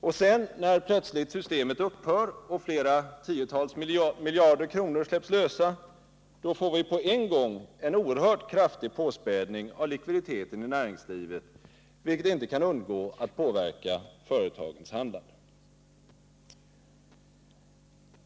Och sedan — när plötsligt systemet upphör och tiotals miljarder kronor släpps lösa — får vi på en gång en oerhört kraftig påspädning av likviditeten i näringslivet, vilket inte kan undgå att påverka företagens handlande.